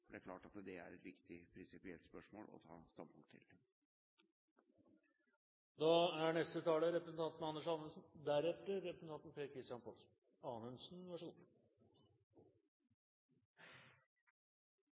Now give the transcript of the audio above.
Det er klart at det er et viktig prinsipielt spørsmål å ta standpunkt til. La meg først få takke saksordføreren for en grundig og god